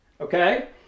okay